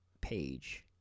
page